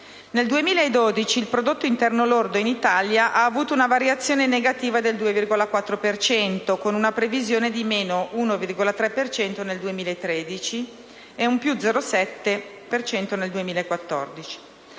Nel 2012 il prodotto interno lordo in Italia ha avuto una variazione negativa del 2,4 per cento, con una previsione di meno 1,3 per cento nel 2013 e un più 0,7 per cento